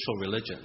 religion